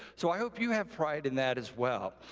so i hope you have pride in that as well.